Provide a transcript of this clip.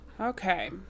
Okay